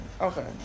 Okay